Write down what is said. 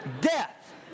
Death